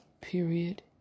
period